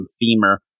femur